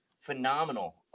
phenomenal